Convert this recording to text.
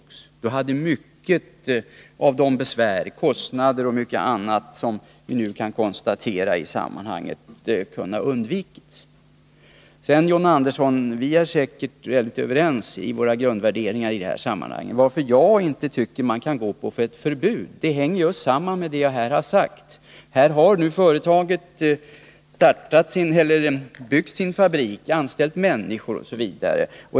Om så skett hade mycket av de besvär — kostnader och mycket annat — som vi nu kan konstatera i detta sammanhang ha kunnat undvikas. John Andersson och jag är säkerligen överens i våra grundvärderingar i detta sammanhang. Att jag inte tycker att man kan gå på ett förbud sammanhänger med vad jag här har sagt. Här har företaget byggt sin fabrik, anställt personal, osv.